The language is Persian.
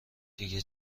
دیگه